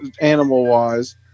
animal-wise